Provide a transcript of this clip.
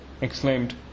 exclaimed